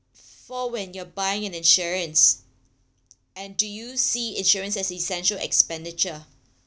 for when you're buying an insurance and do you see insurance as essential expenditure